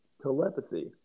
telepathy